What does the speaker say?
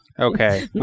Okay